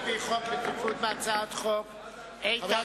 על-פי חוק רציפות הדיון בהצעות חוק,